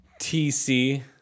TC